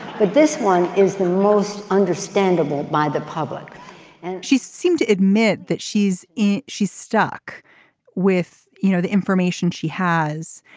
but this one is the most understandable by the public and she seemed to admit that she's in. she's stuck with you know the information she has.